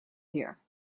here